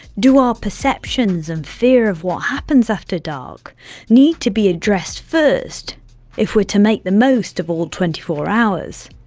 do our perception and fear of what happens after dark need to be addressed first if we're to make to most of all twenty four hours?